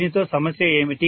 దీనితో సమస్య ఏమిటి